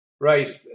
right